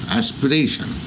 aspiration